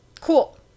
Cool